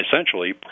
essentially